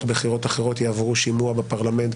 בכירות אחרות יעברו שימוע בפרלמנט,